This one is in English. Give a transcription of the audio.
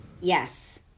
Yes